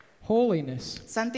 Holiness